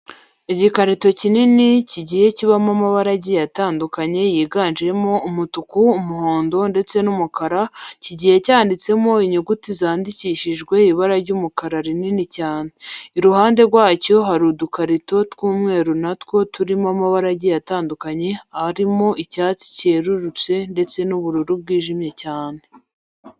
Igikarito kinini kirimo amabara agiye atandukanye yiganjemo umutuku, umuhondo ndetse n'umukara, kigiye cyanditsemo inyuguti zandikishijwe ibara ry'umukara nini cyane. Iruhande rwacyo hari udukarita tw'umweru na two turimo amabara agiye atandukanye arimo icyatsi cyerurutse ndetse n'ubururu bwijimye cyane.